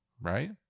Right